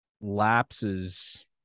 lapses